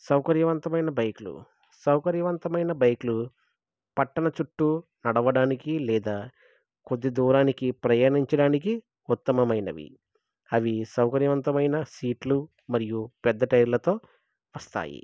సౌకర్యవంతమైన బైకులు సౌకర్యవంతమైన బైకులు పట్టణ చుట్టూ నడవడానికి లేదా కొద్ది దూరానికి ప్రయాణించడానికి ఉత్తమమైనవి అవి సౌకర్యవంతమైన సీట్లు మరియు పెద్ద టైర్లతో వస్తాయి